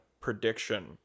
prediction